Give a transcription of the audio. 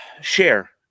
share